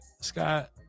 Scott